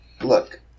look